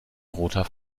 roter